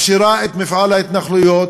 מכשירה את מפעל ההתנחלויות,